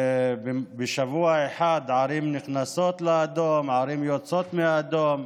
בשבוע אחד ערים נכנסות לאדום, ערים יוצאות מאדום.